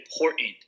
important